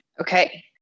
Okay